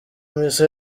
misa